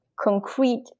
concrete